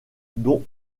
dont